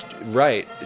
Right